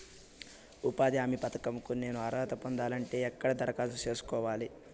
ఉపాధి హామీ పథకం కు నేను అర్హత పొందాలంటే ఎక్కడ దరఖాస్తు సేసుకోవాలి?